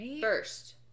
First